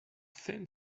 thin